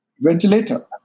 ventilator